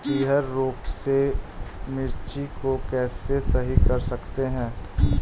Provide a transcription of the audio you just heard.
पीहर रोग से मिर्ची को कैसे सही कर सकते हैं?